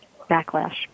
backlash